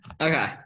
okay